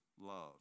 love